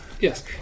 Yes